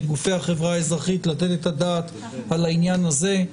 את גופי החברה האזרחית לתת את הדעת על העניין הזה.